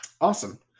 Awesome